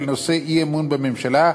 של נושא האי-אמון בממשלה,